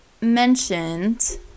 mentioned